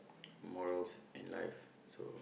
morals in life so